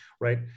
right